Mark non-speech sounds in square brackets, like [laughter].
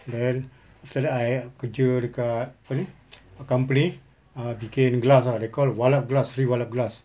then after that I kerja dekat apa ni [noise] company uh bikin glass ah they call it glass glass